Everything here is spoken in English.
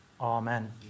Amen